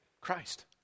Christ